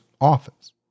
office